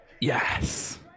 Yes